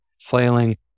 flailing